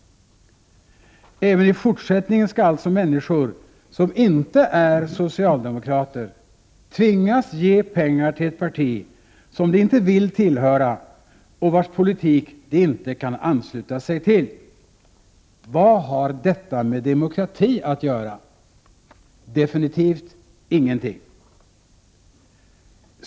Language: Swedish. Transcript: Även i fortsättningen skall alltså människor som inte är socialdemokrater tvingas att ge pengar till ett parti som de inte vill tillhöra och vars politik de inte kan ansluta sig till. Vad har detta med demokrati att göra? Definitivt ingenting!